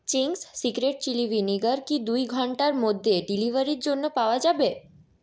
Ching's secret chilli vinegar কি দুই ঘন্টার মধ্যে ডেলিভারির জন্য পাওয়া যাবে